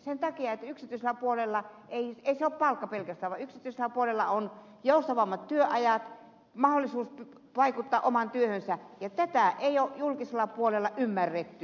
sen takia että yksityisellä puolella ei se ole palkka pelkästään vaan yksityisellä puolella on joustavammat työajat mahdollisuus vaikuttaa omaan työhönsä ja tätä ei ole julkisella puolella ymmärretty